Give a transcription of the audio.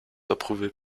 approuvés